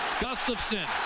Gustafson